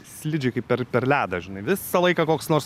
slidžiai kaip per per ledą žinai visą laiką koks nors